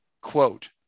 quote